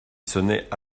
sonnait